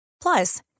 Plus